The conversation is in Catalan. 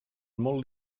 molt